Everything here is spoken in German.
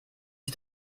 sie